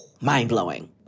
Mind-blowing